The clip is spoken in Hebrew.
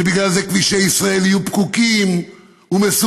שבגלל זה כבישי ישראל יהיו פקוקים ומסוכנים,